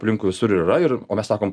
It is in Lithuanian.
aplink visur yra ir o mes sakom